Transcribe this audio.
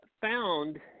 found